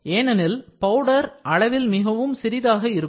ஏனெனில் பவுடர் அளவில் மிகவும் சிறியதாக இருக்கும்